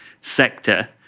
sector